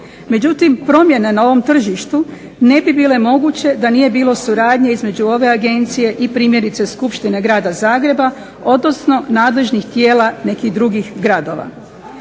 Međutim, promjene na ovom tržištu ne bi bile moguće da nije bilo suradnje između ove agencije i primjerice Skupštine grada Zagreba odnosno nadležnih tijela nekih drugih gradova.